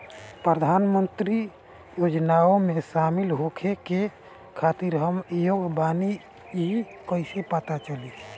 प्रधान मंत्री योजनओं में शामिल होखे के खातिर हम योग्य बानी ई कईसे पता चली?